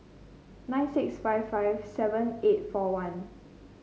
nine six five five seven eight four one